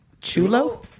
chulo